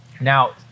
Now